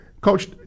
Coach